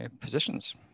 positions